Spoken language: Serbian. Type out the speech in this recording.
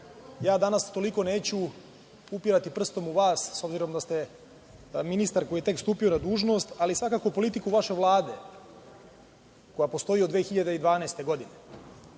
ja danas toliko neću upirati prstom u vas, s obzirom da ste ministar koji je tek stupio na dužnost, ali svakako politiku vaše Vlade koja postoji od 2012. godine,